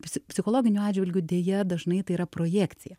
psi psichologiniu atžvilgiu deja dažnai tai yra projekcija